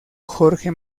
jorge